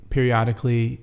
Periodically